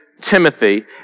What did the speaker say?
Timothy